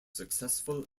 successful